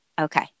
okay